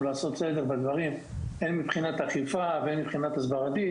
לעשות סדר בדברים מבחינת אכיפה והסברה.